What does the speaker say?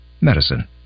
Medicine